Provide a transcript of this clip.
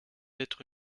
être